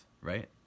right